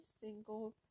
single